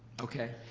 okay.